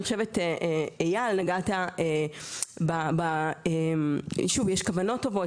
אני חושבת שאייל נגע בכך שיש כוונות טובות,